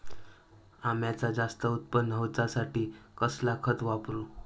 अम्याचा जास्त उत्पन्न होवचासाठी कसला खत वापरू?